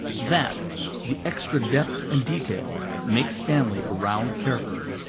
that the extra depth and detail makes stanley a round character.